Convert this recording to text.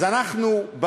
אז אנחנו,